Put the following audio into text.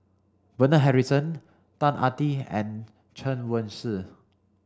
Bernard Harrison Ang Ah Tee and Chen Wen Hsi